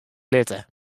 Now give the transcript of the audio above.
litte